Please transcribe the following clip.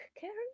Karen